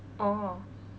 oh